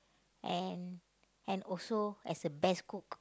and and also as a best cook